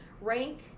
rank